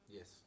Yes